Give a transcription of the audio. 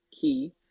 key